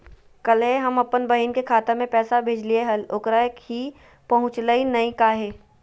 कल्हे हम अपन बहिन के खाता में पैसा भेजलिए हल, ओकरा ही पहुँचलई नई काहे?